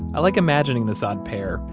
i like imagining this odd pair,